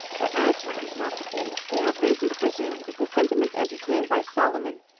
but, as this is not the case, we have reason to presume that the sentiments entertained by solomon,